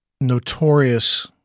notorious